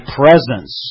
presence